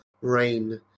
rain